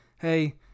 Hey